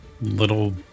little